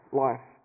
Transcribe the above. life